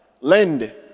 lend